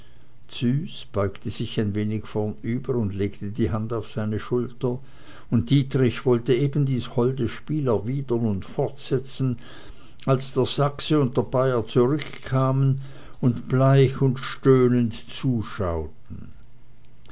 züs beugte sich ein wenig vornüber und legte die hand auf seine schulter und dietrich wollte eben dies holde spiel erwidern und fortsetzen als der sachse und der bayer zurückkamen und bleich und stöhnend zuschauten